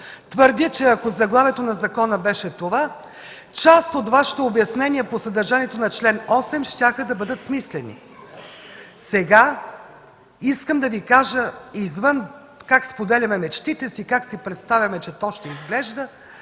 Твърдя, че ако заглавието на закона беше това, част от Вашите обяснения по съдържанието на чл. 8 щяха да бъдат смислени. Сега искам да Ви кажа извън как споделяме мечтите си и как си представяме, че то ще изглежда,